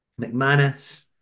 McManus